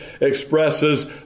expresses